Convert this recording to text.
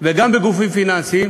וגם בגופים פיננסיים,